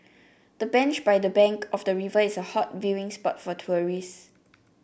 the bench by the bank of the river is a hot viewing spot for tourists